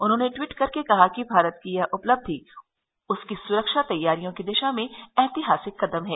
उन्होंने ट्वीट कर कहा है कि भारत की यह उपलब्धि उसकी सुरक्षा तैयारियों की दिशा में ऐतिहासिक कदम है